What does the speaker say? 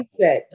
mindset